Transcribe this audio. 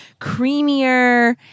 creamier